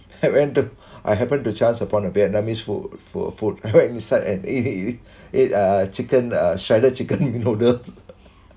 at random I happened to chance upon a vietnamese food food food I went inside an eat ate uh chicken shredded chicken noodle